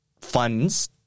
funds